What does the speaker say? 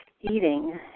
eating